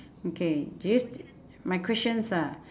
okay this my questions are